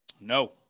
No